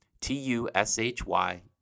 T-U-S-H-Y